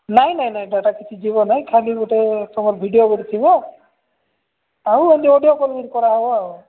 ନାଇଁ ନାଇଁ ନାଇଁ ଡାଟା କିଛି ଯିବ ନାଇଁ ଖାଲି ଗୋଟେ ତମର ଭିଡ଼ିଓ ବୋଲିଥିବ ଆଉ ଏମିତି ଅଡ଼ିଓ କଲ୍ କରାହବ ଆଉ